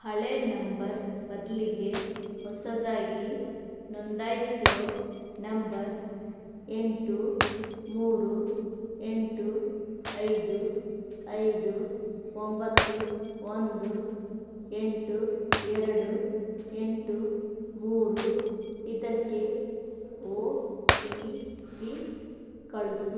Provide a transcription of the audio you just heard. ಹಳೆಯ ನಂಬರ್ ಬದಲಿಗೆ ಹೊಸದಾಗಿ ನೋಂದಾಯಿಸಿರೋ ನಂಬರ್ ಎಂಟು ಮೂರು ಎಂಟು ಐದು ಐದು ಒಂಬತ್ತು ಒಂದು ಎಂಟು ಎರಡು ಎಂಟು ಮೂರು ಇದಕ್ಕೆ ಓ ಟಿ ಪಿ ಕಳಿಸು